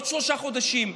עוד שלושה חודשים,